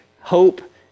hope